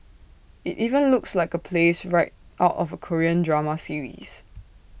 IT even looks like A place right out of A Korean drama series